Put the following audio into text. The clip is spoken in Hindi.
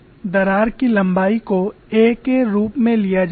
दरार की लंबाई को a के रूप में लिया जाता है